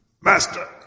Master